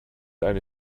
eine